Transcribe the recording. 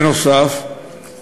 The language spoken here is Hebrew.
נוסף על כך,